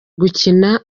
gukina